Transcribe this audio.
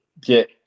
get